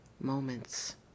moments